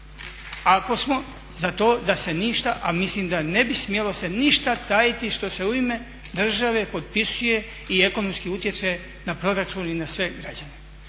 Ako smo za to da se ništa, a mislim da ne bi smjelo se ništa tajiti što se u ime države potpisuje i ekonomski utjecaj na proračun i na sve građane,